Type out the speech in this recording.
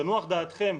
תנוח דעתכם,